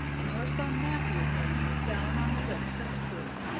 and your son matthew's name is down on the list of the crew